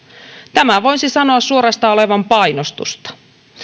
tämän voisi sanoa suorastaan olevan painostusta